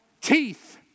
teeth